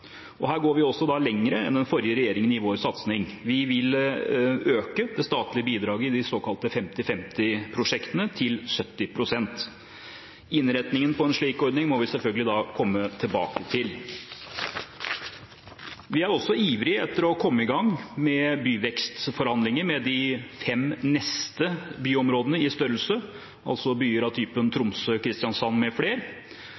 Her går vi også lenger enn den forrige regjeringen i vår satsing. Vi vil øke det statlige bidraget i de såkalte 50–50-prosjektene til 70 pst. Innretningen på en slik ordning må vi selvfølgelig komme tilbake til. Vi er også ivrige etter å komme i gang med byvekstforhandlinger med de fem neste byområdene i størrelse, altså byer